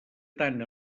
tant